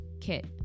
Kit